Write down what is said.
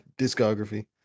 discography